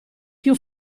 più